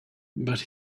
but